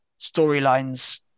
storylines